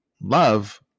love